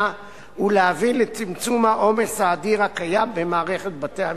ולהביא לצמצום העומס האדיר הקיים במערכת בתי-המשפט.